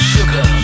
Sugar